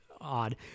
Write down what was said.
odd